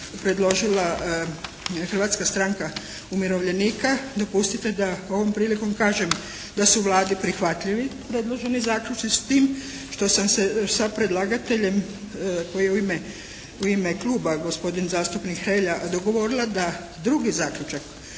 Hrvatska stranka umirovljenika dopustite da ovom prilikom kažem da su Vladi prihvatljivi predloženi zaključci s tim što sam se sa predlagateljem koji je u ime kluba, gospodin zastupnik Hrelja dogovorila da drugi zaključak